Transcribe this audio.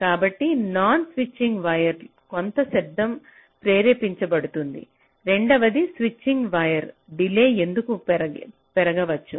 కాబట్టి non switching వైర్పై కొంత శబ్దం ప్రేరేపించబడుతుంది రెండవది స్విచింగ్ వైర్పై డిలే ఎందుకు పెరగవచ్చు